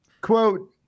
Quote